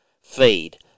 Feed